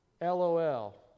lol